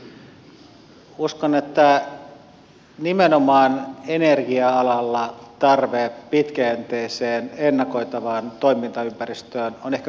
uskon että nimenomaan energia alalla tarve pitkäjänteiseen ennakoitavaan toimintaympäristöön on ehkä kaikkein suurin